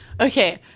okay